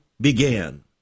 began